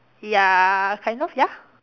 ya kind of ya